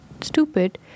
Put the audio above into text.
stupid